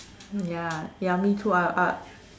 ya ya me too I'll I'll